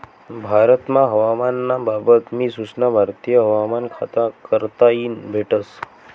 भारतमा हवामान ना बाबत नी सूचना भारतीय हवामान खाता कडताईन भेटस